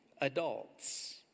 adults